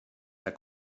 herr